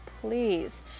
please